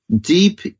deep